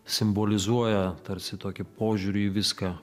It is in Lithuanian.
simbolizuoja tarsi tokį požiūrį į viską